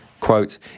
Quote